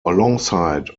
alongside